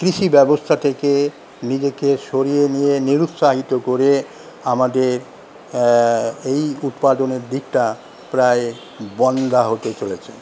কৃষিব্যবস্থা থেকে নিজেকে সরিয়ে নিয়ে নিরুৎসাহিত করে আমাদের এই উৎপাদনের দিকটা প্রায় বন্ধ্যা হতে চলেছে